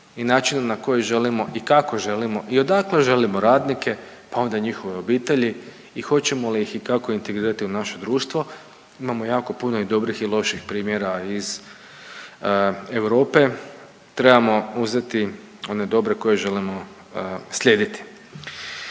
i načinu na koji želimo i kako želimo i odakle želimo radnike pa onda i njihove obitelji i hoćemo li ih i kako integrirati u naše društvo. Imamo jako puno i dobrih i loših primjera iz Europe, trebamo uzeti one dobre koje želimo slijediti.